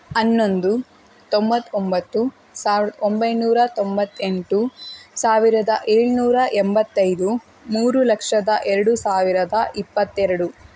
ಹನ್ನೊಂದು ತೊಂಬತ್ತೊಂಬತ್ತು ಸಾವಿರ ಒಂಬೈನೂರ ತೊಂಬತ್ತೆಂಟು ಸಾವಿರದ ಏಳ್ನೂರ ಎಂಬತ್ತೈದು ಮೂರು ಲಕ್ಷದ ಎರಡು ಸಾವಿರದ ಇಪ್ಪತ್ತೆರಡು